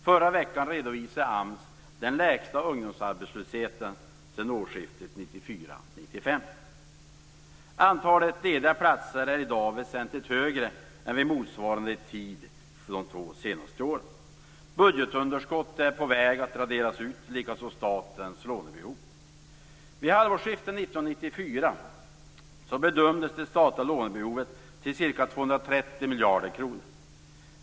Förra veckan redovisade AMS den lägsta ungdomsarbetslösheten sedan årsskiftet 1994-1995. Antalet lediga platser är i dag väsentligt högre än vid motsvarande tid under de två senaste åren. Budgetunderskottet är på väg att raderas ut, likaså statens lånebehov. Vid halvårsskiftet 1994 bedömdes det statliga lånebehovet till ca 230 miljarder kronor.